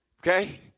Okay